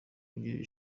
wungirije